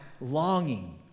longing